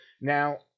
Now